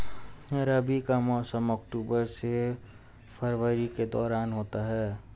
रबी का मौसम अक्टूबर से फरवरी के दौरान होता है